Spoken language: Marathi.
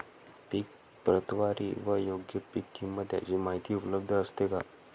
पीक प्रतवारी व योग्य पीक किंमत यांची माहिती उपलब्ध असते का?